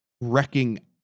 wrecking